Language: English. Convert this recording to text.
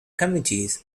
committees